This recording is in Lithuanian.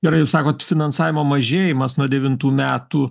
gerai jūs sakot finansavimo mažėjimas nuo devintų metų